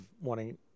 wanting